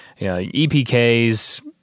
EPKs